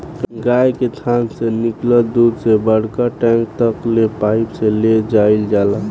गाय के थान से निकलल दूध के बड़का टैंक तक ले पाइप से ले जाईल जाला